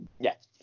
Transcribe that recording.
yes